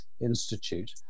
Institute